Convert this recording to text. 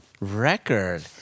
Record